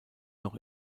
noch